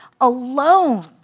alone